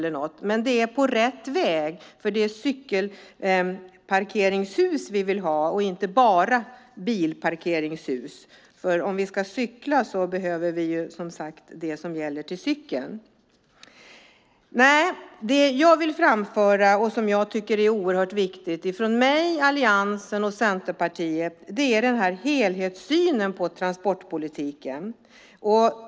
Det går åt rätt håll, för det är cykelparkeringshus vi vill ha, inte bara bilparkeringshus. Om vi ska cykla behöver vi ha sådant som gäller för cykeln. Jag vill framföra något som jag, Alliansen och Centerpartiet tycker är oerhört viktigt, nämligen att det finns en helhetssyn på transportpolitiken.